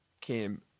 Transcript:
came